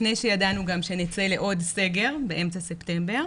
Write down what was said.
לפני שידענו שנצא לעוד סקר באמצע ספטמבר.